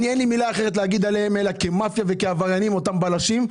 אין לי מילה אחרת לומר עליהם, על אותם בלשים,